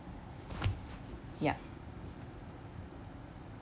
yup